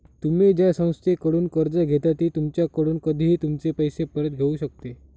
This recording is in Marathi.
तुम्ही ज्या संस्थेकडून कर्ज घेता ती तुमच्याकडून कधीही तुमचे पैसे परत घेऊ शकते